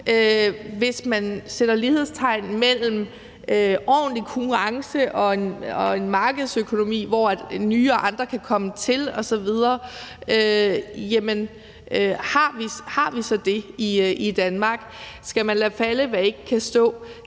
hvis man sætter lighedstegn mellem ordentlig konkurrence og en markedsøkonomi, hvor nye og andre kan komme til osv. Har vi det i Danmark? Skal man lade falde, hvad ikke kan stå?